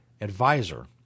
advisor